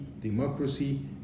democracy